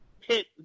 hit